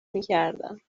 میکردن